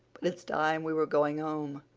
but it's time we were going home.